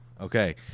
okay